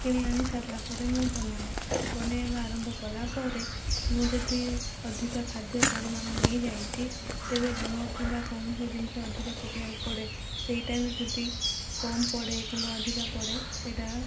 କିଣି ଆଣି ସାରିଲା ପରେ ମୁଁ ବନାଏ ବନାଇବା ଆରମ୍ଭ କଲା ପରେ ମୁଁ ଯଦି ଅଧିକ ଖାଦ୍ୟ ପରିମାଣ ନେଇଯାଇଛି ତେବେ ଲୁଣ କିମ୍ବା କୌଣସି ଜିନିଷ ଅଧିକ ପକାଇବାକୁ ପଡ଼େ ସେହି ଟାଇମ୍ରେ ଯଦି କମ ପଡ଼େ କିମ୍ବା ଅଧିକା ପଡ଼େ ସେହିଟା